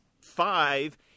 five